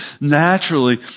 naturally